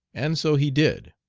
and so he did.